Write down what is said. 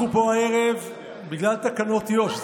אנחנו פה הערב בגלל תקנות יו"ש.